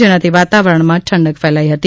જેનાથી વાતાવરણમાં ઠંડક ફેલાઈ છે